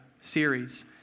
series